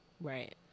Right